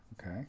okay